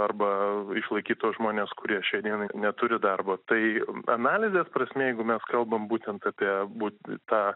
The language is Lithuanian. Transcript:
arba išlaikyt tuos žmones kurie šia dienai neturi darbo tai analizės prasme jeigu mes kalbam būtent apie būt tą